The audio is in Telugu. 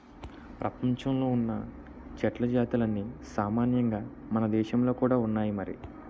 ప్రపంచంలో ఉన్న చెట్ల జాతులన్నీ సామాన్యంగా మనదేశంలో కూడా ఉన్నాయి మరి